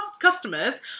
customers